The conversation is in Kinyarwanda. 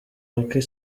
hake